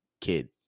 kid